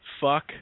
Fuck